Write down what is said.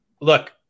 Look